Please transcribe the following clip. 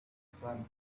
sun